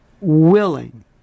willing